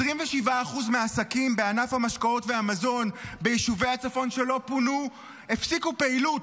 27% מהעסקים בענף המשקאות והמזון ביישובי הצפון שלא פונו הפסיקו פעילות,